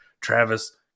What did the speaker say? Travis